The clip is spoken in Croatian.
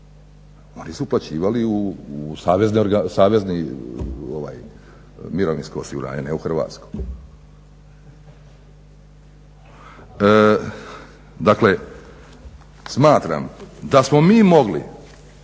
Oni su uplaćivali u savezno mirovinsko osiguranje, ne u hrvatsko. Dakle, smatram da smo mi mogli